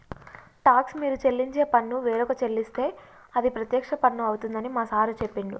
talks మీరు చెల్లించే పన్ను వేరొక చెల్లిస్తే అది ప్రత్యక్ష పన్ను అవుతుందని మా సారు చెప్పిండు